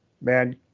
man